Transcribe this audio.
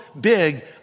big